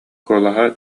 куолаһа